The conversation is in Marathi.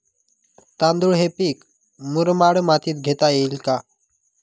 तांदूळ हे पीक मुरमाड मातीत घेता येईल का?